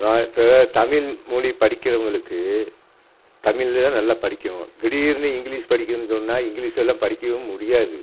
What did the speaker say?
இப்போ தமிழ் மொழி படிக்கிறவங்களுக்கு தமிழ்லேயே நல்லா படிக்கணும் திடீர்னு இங்கிலீஷ் படிக்கணும்னு சொன்னால் இங்கிலீஷ் எல்லாம் படிக்கவே முடியாது